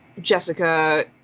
Jessica